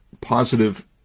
positive